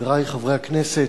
חברי חברי הכנסת,